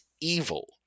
evil